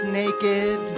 naked